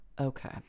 Okay